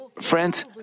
friends